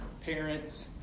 parents